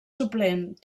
suplent